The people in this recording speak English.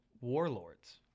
Warlords